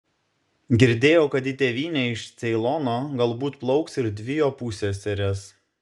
girdėjau kad į tėvynę iš ceilono galbūt plauks ir dvi jo pusseserės